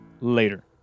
Later